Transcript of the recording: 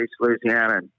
Louisiana